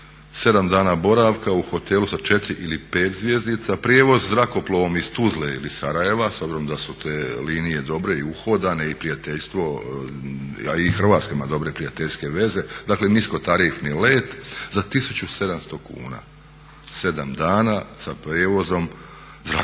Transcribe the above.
7 dana boravka u hotelu sa 4 ili 5 zvjezdica, prijevoz zrakoplovom iz Tuzle ili Sarajeva, s obzirom da su te linije dobre i uhodane i prijateljstvo a i Hrvatska ima dobre prijateljske veze, dakle niskotarifni let za 1700 kn sedam dana sa prijevozom zrakoplovom.